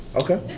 Okay